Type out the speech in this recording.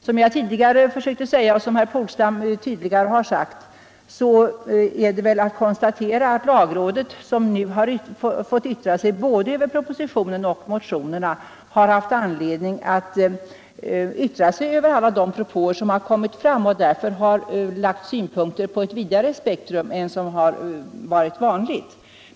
Som jag tidigare försökt säga - och som herr Polstam tydligare har sagt — kan man väl konstatera att lagrådet, som nu har fått yttra sig både över propositionen och över motionerna, har haft anledning att yttra sig över alla de propåer som kommit och därför har anfört synpunkter på ett vidare spektrum än som eljest varit vanligt.